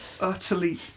utterly